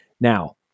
Now